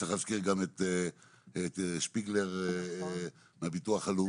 צריך להזכיר גם את שפיגלר מהביטוח הלאומי,